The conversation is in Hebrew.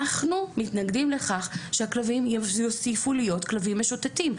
אנחנו מתנגדים לכך שהכלבים יוסיפו להיות כלבים משוטטים.